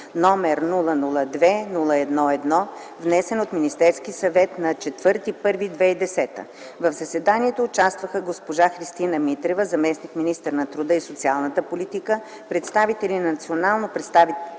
№ 002-01-1, внесен от Министерския съвет на 04.01.2010 г. В заседанието участваха госпожа Христина Митрева, заместник-министър на труда и социалната политика, представители на национално представителните